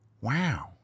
Wow